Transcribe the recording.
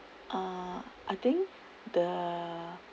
uh I think the